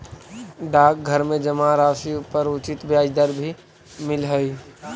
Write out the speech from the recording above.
डाकघर में जमा राशि पर उचित ब्याज दर भी मिलऽ हइ